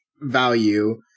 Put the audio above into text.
value